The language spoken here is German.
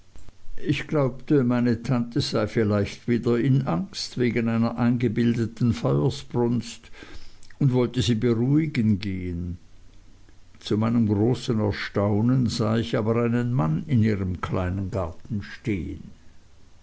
ich glaubte meine tante sei vielleicht wieder in angst wegen einer eingebildeten feuersbrunst und wollte sie beruhigen gehen zu meinem großen erstaunen sah ich aber einen mann in ihrem kleinen garten stehen